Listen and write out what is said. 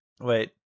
wait